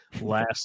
last